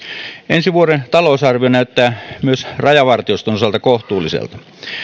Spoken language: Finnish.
ensi vuoden talousarvio näyttää myös rajavartioston osalta kohtuulliselta